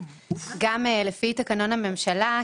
גם לפי תקנון הממשלה,